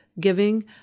Giving